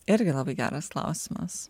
irgi labai geras klausimas